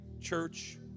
church